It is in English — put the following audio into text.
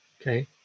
Okay